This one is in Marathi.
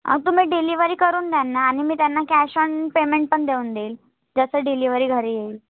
तुम्ही डिलिवरी करून द्याल ना आणि मी त्यांना कॅश ऑन पेमेंट पण देऊन देईल जसं डिलिवरी घरी येईल